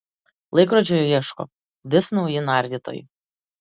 laikrodžio ieško vis nauji nardytojai